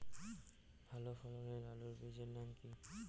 ভালো ফলনের আলুর বীজের নাম কি?